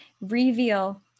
reveal